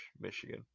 Michigan